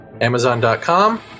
Amazon.com